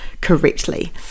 correctly